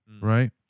Right